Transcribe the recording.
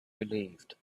relieved